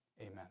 Amen